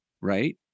right